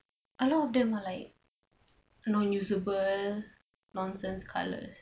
I don't know a lot of them are like unusable nonsense colours